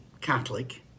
Catholic